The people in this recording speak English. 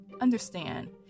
understand